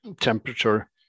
temperature